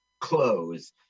clothes